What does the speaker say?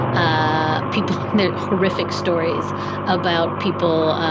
ah people commit horrific stories about people,